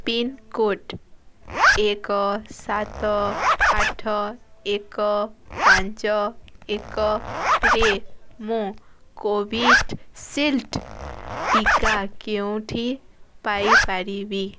pincode ଏକ ସାତ ଆଠ ଏକ ପାଞ୍ଚ ଏକରେ ମୁଁ କୋଭିଡ଼ଶିଲ୍ଡ୍ ଟିକା କେଉଁଠି ପାଇପାରିବି